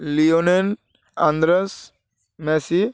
Lionel Andres Messi